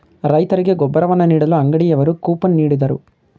ರೈತರಿಗೆ ಗೊಬ್ಬರವನ್ನು ನೀಡಲು ಅಂಗಡಿಯವರು ಕೂಪನ್ ನೀಡಿದರು